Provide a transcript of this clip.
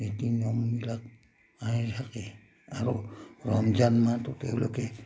নীতি নিয়মবিলাক পালি থাকে আৰু ৰমজান মাহটো তেওঁলোকে